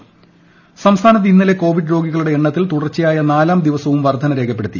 Covid സംസ്ഥാനം സംസ്ഥാനത്ത് ഇന്നലെ കോവിഡ് രോഗികളുടെ എണ്ണത്തിൽ തുടർച്ചയായ നാലാം ദിവസവും വർദ്ധന രേഖപ്പെടുത്തി